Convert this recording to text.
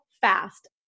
fast